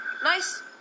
Nice